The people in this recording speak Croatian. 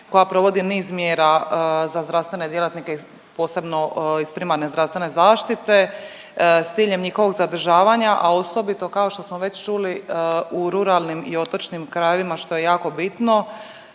koja provodi niz mjera za zdravstvene djelatnike, posebno iz primarne zdravstvene zaštite s ciljem njihovog zadržavanja, a osobito kao što smo već čuli u ruralnim i otočnim krajevima, što je jako bitno.